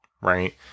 right